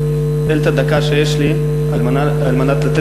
אני מבקש לנצל את הדקה שיש לי על מנת לתת